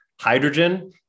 hydrogen